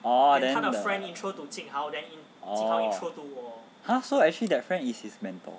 oh then the oh !huh! so actually that friend is his mentor